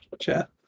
chat